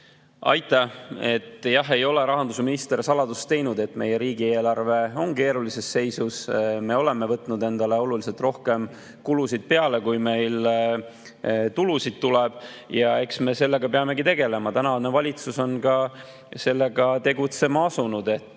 Aitäh! Jah, ei ole rahandusminister saladust teinud, et meie riigieelarve on keerulises seisus. Me oleme võtnud endale oluliselt rohkem kulusid peale, kui meil tulusid tuleb. Ja eks me sellega peamegi tegelema. Tänane valitsus on sellega tegelema asunud,